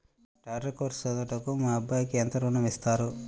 Doctor course చదువుటకు మా అబ్బాయికి ఎంత ఋణం ఇస్తారు?